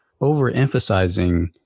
overemphasizing